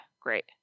great